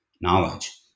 knowledge